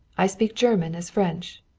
i speak german as french.